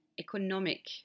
economic